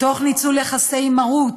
תוך ניצול יחסי מרות.